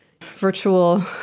virtual